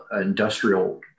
industrial